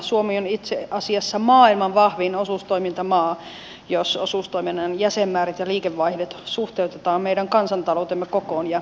suomi on itse asiassa maailman vahvin osuustoimintamaa jos osuustoiminnan jäsenmäärät ja liikevaihdot suhteutetaan meidän kansantaloutemme kokoon ja väestön määrään